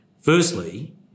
Firstly